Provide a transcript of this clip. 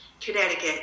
Connecticut